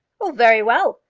oh, very well.